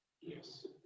yes